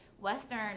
western